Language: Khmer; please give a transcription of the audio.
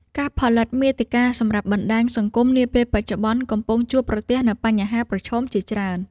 ការផលិតមាតិកាសម្រាប់បណ្ដាញសង្គមនាពេលបច្ចុប្បន្ន កំពុងជួបប្រទះនូវបញ្ហាប្រឈមជាច្រើន។